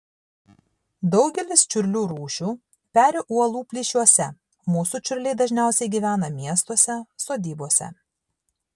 daugelis čiurlių rūšių peri uolų plyšiuose mūsų čiurliai dažniausiai gyvena miestuose sodybose